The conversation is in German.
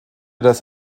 das